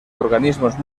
organismos